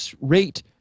rate